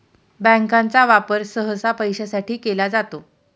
बँकांचा वापर सहसा पैशासाठी केला जातो